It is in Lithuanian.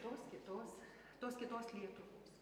tos kitos tos kitos lietuvos